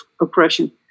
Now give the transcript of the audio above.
oppression